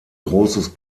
großes